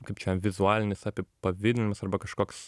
kaip čia vizualinis apipavidalinimas arba kažkoks